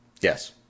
Yes